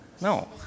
No